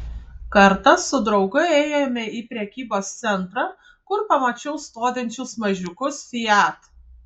kartą su draugu ėjome į prekybos centrą kur pamačiau stovinčius mažiukus fiat